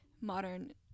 modern